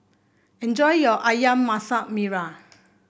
enjoy your ayam Masak Merah